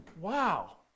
wow